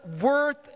worth